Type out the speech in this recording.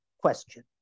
question